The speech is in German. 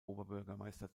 oberbürgermeister